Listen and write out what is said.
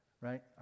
Right